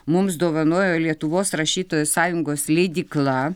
mums dovanojo lietuvos rašytojų sąjungos leidykla